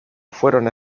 fueron